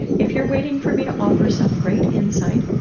if you are waiting for me to offer some great insight,